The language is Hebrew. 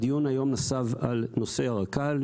הדיון היום נסב על נושא הרכ"ל,